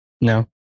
No